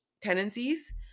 tendencies